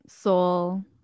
Soul